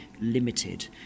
limited